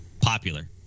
popular